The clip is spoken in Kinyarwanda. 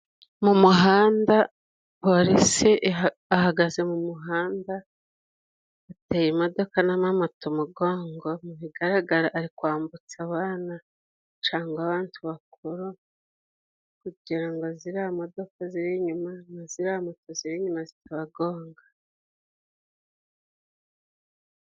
Mu muhanda polisi ahagaze mu muhanda ateye imodoka n'amamoto umugongo, mubigaragara ari kwambutsa abana cangwa abantu bakuru kugira ngo ziriya modoka ziri inyuma, na ziriya moto ziri inyuma zitabagonga.